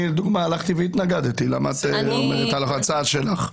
אני לדוגמה התנגדתי להצעה שלך.